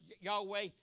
Yahweh